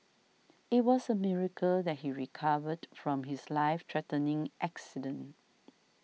it was a miracle that he recovered from his life threatening accident